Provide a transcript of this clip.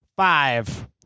Five